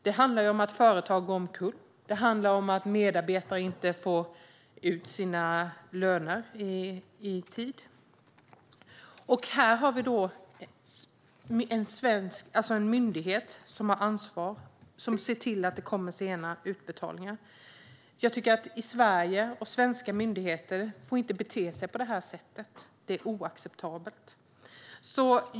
Det handlar om att företag går omkull eller att medarbetare inte får ut sina löner i tid. Här har vi då en myndighet som har ansvar för de sena utbetalningarna. Svenska myndigheter får inte bete sig på det här sättet. Det är oacceptabelt.